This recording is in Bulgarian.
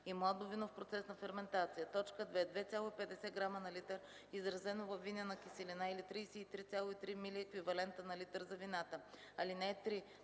и младо вино в процес на ферментация; 2. 2,50 грама на литър, изразено във винена киселина, или 33,3 милиеквивалента на литър за вината. (3)